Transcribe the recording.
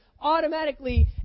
automatically